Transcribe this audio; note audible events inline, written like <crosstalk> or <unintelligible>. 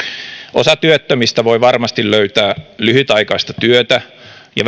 osa työttömistä voi varmasti löytää lyhytaikaista työtä ja <unintelligible>